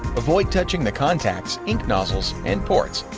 avoid touching the contacts, ink nozzles and ports.